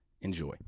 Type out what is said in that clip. Enjoy